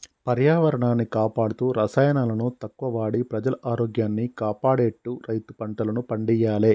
పర్యావరణాన్ని కాపాడుతూ రసాయనాలను తక్కువ వాడి ప్రజల ఆరోగ్యాన్ని కాపాడేట్టు రైతు పంటలను పండియ్యాలే